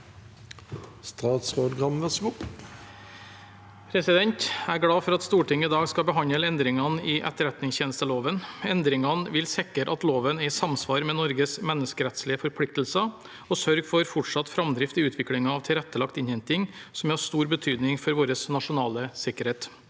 Statsråd Bjørn Arild Gram Jeg er glad for at Stortinget i dag skal behandle endringene i etterretningstjenesteloven. Endringene vil sikre at loven er i samsvar med Norges menneskerettslige forpliktelser og sørge for fortsatt framdrift i utviklingen av tilrettelagt innhenting, som er av stor betydning for vår nasjonale sikkerhet.